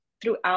throughout